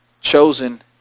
Chosen